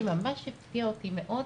משהו שממש הפתיע אותי מאוד,